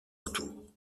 entoure